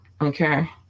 okay